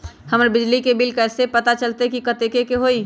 हमर बिजली के बिल कैसे पता चलतै की कतेइक के होई?